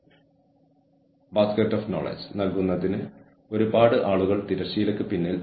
അവ്യക്തതയുടെയും പ്രവചനാതീതതയുടെയും സഹിഷ്ണുതയ്ക്കെതിരായ സ്ഥിരതയ്ക്കുള്ള മുൻഗണന